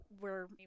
we're-